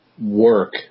work